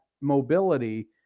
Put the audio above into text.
mobility